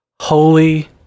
Holy